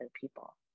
people